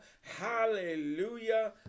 hallelujah